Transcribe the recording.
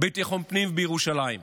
בביטחון פנים בירושלים.